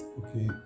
okay